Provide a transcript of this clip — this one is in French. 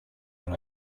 dans